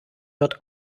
wird